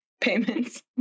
Payments